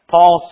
Paul